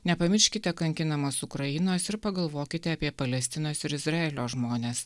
nepamirškite kankinamos ukrainos ir pagalvokite apie palestinos ir izraelio žmones